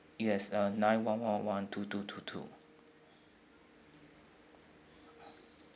yes uh nine one one one two two two two